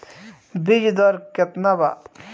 बीज दर केतना वा?